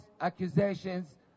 accusations